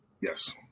Yes